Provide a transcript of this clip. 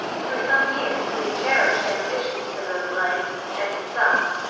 through some years he had cherished ambitions for those legs and himself,